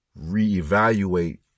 reevaluate